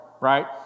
right